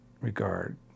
regard